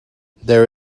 there